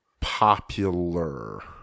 popular